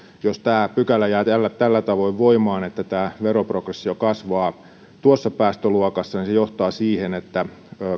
jos tämä pykälä jää tällä tällä tavoin voimaan että tämä veroprogressio kasvaa tuossa päästöluokassa se johtaa siihen että